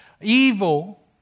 evil